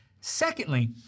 Secondly